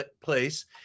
place